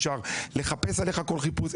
אפשר לחפש עליך כל חיפוש,